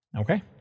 Okay